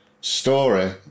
story